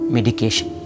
Medication